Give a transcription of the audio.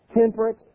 temperate